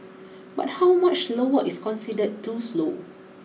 but how much slower is considered too slow